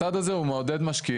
הצעד הזה הוא מעודד משקיעים.